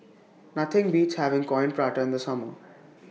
Nothing Beats having Coin Prata in The Summer